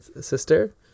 sister